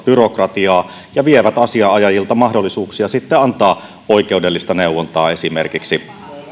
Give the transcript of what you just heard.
byrokratiaa ja vievät asianajajilta mahdollisuuksia sitten antaa oikeudellista neuvontaa esimerkiksi